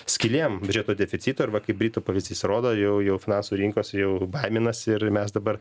skylėm biudžeto deficito arba kaip britų pavyzdys rodo jau jau finansų rinkos jau baiminasi ir mes dabar